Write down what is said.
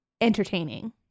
entertaining